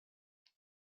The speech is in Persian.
پنجاه